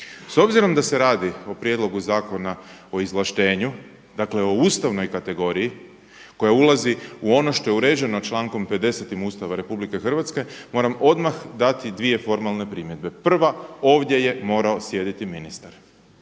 S obzirom da se radi o prijedlogu zakona o izvlaštenju dakle o ustavnoj kategoriji koja ulazi u ono što je uređeno člankom 50. Ustava RH, moram odmah dati dvije formalne primjedbe. Prva, ovdje je morao sjediti ministar